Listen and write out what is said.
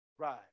Right